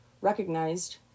recognized